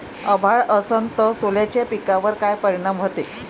अभाळ असन तं सोल्याच्या पिकावर काय परिनाम व्हते?